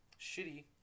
shitty